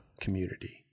community